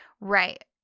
right